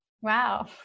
Wow